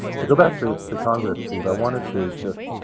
to go back to to congress, steve, i wanted to just